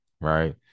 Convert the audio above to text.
right